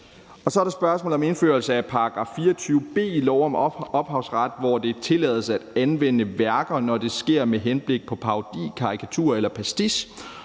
Så er der spørgsmålet om en indførelse af § 24 b i lov om ophavsret, hvor det tillades at anvende værker, når det sker med henblik på parodi, karikatur eller pastiche.